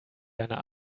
deiner